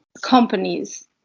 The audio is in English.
companies